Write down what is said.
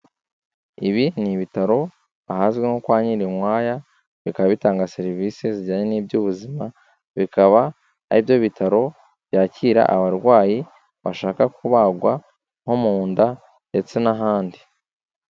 Ibi ni ibitaro ahazwi nko kwa Nyirinkwaya, bikaba bitanga serivisi zijyanye n'iby'ubuzima, bikaba ari byo bitaro byakira abarwayi bashaka kubagwa nko mu nda ndetse n'ahandi.